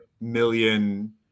million